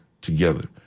together